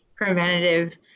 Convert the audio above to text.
preventative